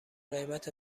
قیمت